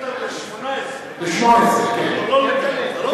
מחלק אותן ל-18, לא ל-100.